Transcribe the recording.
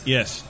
Yes